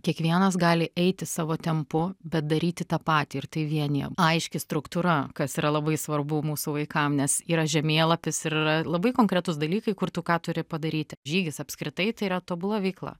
kiekvienas gali eiti savo tempu bet daryti tą patį ir tai vienija aiški struktūra kas yra labai svarbu mūsų vaikam nes yra žemėlapis ir yra labai konkretūs dalykai kur tu ką turi padaryti žygis apskritai tai yra tobula veikla